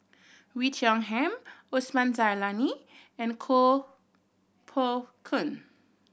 Oei Tiong Ham Osman Zailani and Koh Poh Koon